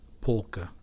Polka